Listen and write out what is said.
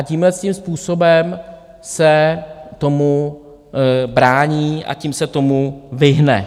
Tímhletím způsobem se tomu brání a tím se tomu vyhne.